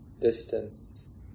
distance